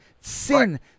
sin